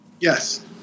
Yes